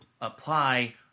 apply